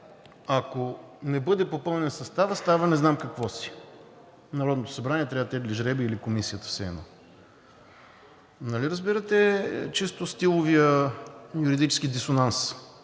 „Ако не бъде попълнен съставът, става еди-какво си“ – Народното събрание трябва да тегли жребий, или Комисията – все едно. Нали разбирате чисто стиловия юридическия дисонанс?